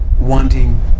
wanting